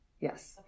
Yes